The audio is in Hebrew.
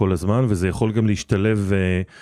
כל הזמן, וזה יכול גם להשתלב